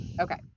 Okay